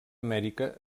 amèrica